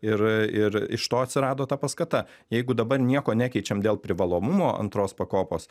ir ir iš to atsirado ta paskata jeigu dabar nieko nekeičiam dėl privalomumo antros pakopos